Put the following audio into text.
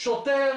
שוטר